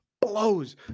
blows